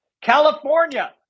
California